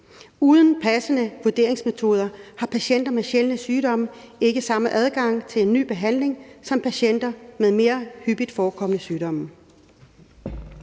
Uden passende vurderingsmetoder har patienter med sjældne sygdomme ikke samme adgang til ny behandling som patienter med mere hyppigt forekommende sygdomme.«